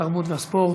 התרבות והספורט,